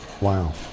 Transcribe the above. Wow